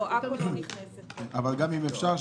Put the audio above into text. אם אפשר,